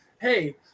Hey